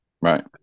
Right